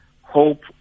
Hope